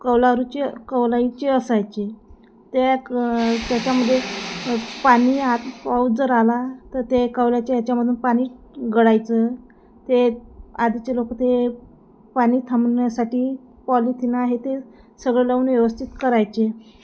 कौलारूचे कौलाईचे असायचे त्या क त्याच्यामध्ये पाणी आत पाऊस जर आला तर ते कौलाच्या ह्याच्यामधून पाणी गळायचं ते आधीचे लोकं ते पाणी थांबण्यासाठी पॉलिथीन आहे ते सगळं लावून व्यवस्थित करायचे